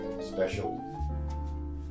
special